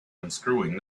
unscrewing